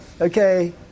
okay